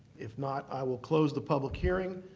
if not, i will close the public hearing.